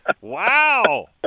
Wow